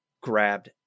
grabbed